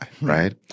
right